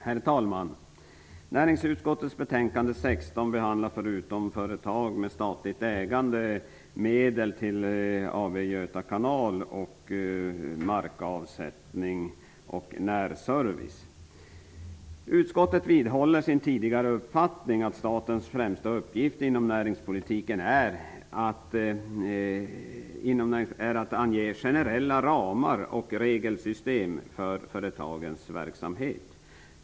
Herr talman! Näringsutskottets betänkande 16 Utskottet vidhåller sin tidigare uppfattning att statens främsta uppgift inom näringspolitiken är att ange generella ramar och regelsystem för företagens verksamhet.